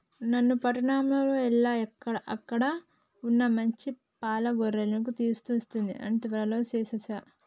నాను పట్టణం ఎల్ల అక్కడ వున్న మంచి పాల గొర్రెలను తీసుకొస్తా పని త్వరగా సేసేయి